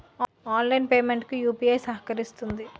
online payment లకు UPI సహకరిస్తుంది